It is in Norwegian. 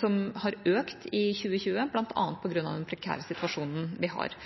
som har økt i 2020, bl.a. på grunn av den prekære situasjonen vi har.